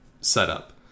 setup